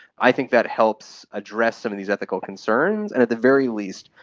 i think that helps address some of these ethical concerns and, at the very least,